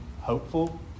hopeful